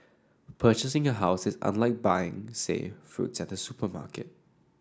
purchasing a house is unlike buying say fruits at the supermarket